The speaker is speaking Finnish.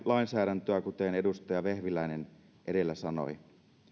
lainsäädäntöä kuten edustaja vehviläinen edellä sanoi